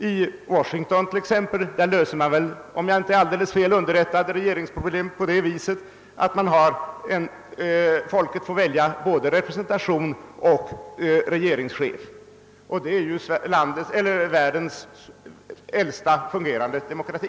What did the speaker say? I Washington löser man regeringsproblemet, om jag inte är alldeles fel underrättad, genom att folket får välja både representation och regeringschef, och Förenta staterna är ju världens äldsta fungerande demokrati.